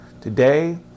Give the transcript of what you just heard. today